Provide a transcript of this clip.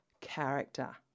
character